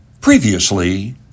Previously